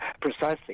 Precisely